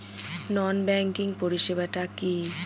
নন banking পরিষেবা টা কি?